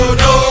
no